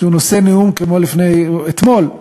כשהוא נושא נאום כמו הנאום ברמאללה אתמול,